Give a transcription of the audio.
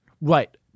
right